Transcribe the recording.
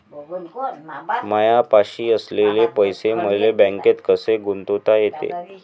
मायापाशी असलेले पैसे मले बँकेत कसे गुंतोता येते?